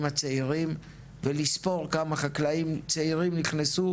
הצעירים ולספור כמה חקלאים צעירים נכנסו,